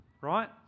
right